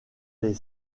les